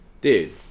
dude